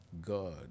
God